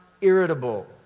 irritable